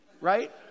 right